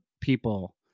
people